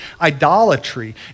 idolatry